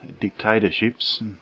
dictatorships